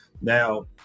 Now